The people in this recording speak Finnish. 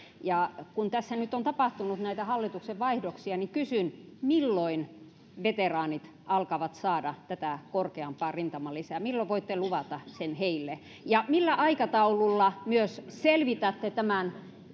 kun tässä nyt on tapahtunut näitä hallituksen vaihdoksia niin kysyn milloin veteraanit alkavat saada tätä korkeampaa rintamalisää milloin voitte luvata sen heille ja millä aikataululla myös selvitätte tämän